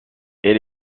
est